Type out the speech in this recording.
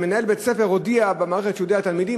מנהל בית-ספר הודיע במערכת שבה הוא הודיע לתלמידים